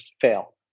fail